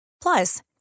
Plus